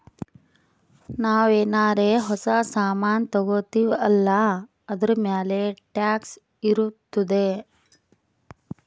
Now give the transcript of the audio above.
ನಾವು ಏನಾರೇ ಹೊಸ ಸಾಮಾನ್ ತಗೊತ್ತಿವ್ ಅಲ್ಲಾ ಅದೂರ್ಮ್ಯಾಲ್ ಟ್ಯಾಕ್ಸ್ ಇರ್ತುದೆ